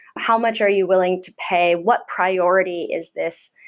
how much are you willing to pay? what priority is this?